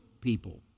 people